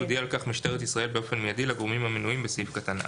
תודיע על כך משטרת ישראל באופן מיידי לגורמים המנויים בסעיף קטן (א).